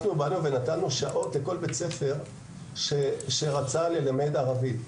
נתנו שעות לכל בית ספר שרצה ללמד ערבית.